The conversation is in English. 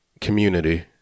community